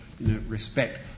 respect